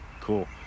cool